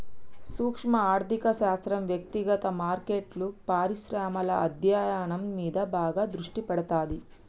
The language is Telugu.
సూక్శ్మ ఆర్థిక శాస్త్రం వ్యక్తిగత మార్కెట్లు, పరిశ్రమల అధ్యయనం మీద బాగా దృష్టి పెడతాది